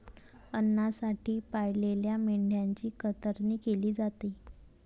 अन्नासाठी पाळलेल्या मेंढ्यांची कतरणी केली जाते